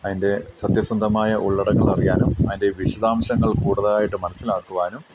അതിൻ്റെ സത്യസന്ധമായ ഉള്ളടക്കങ്ങൾ അറിയാനും അതിൻ്റെ വിശദാംശങ്ങൾ കൂടുതലായിട്ട് മനസ്സിലാക്കുവാനും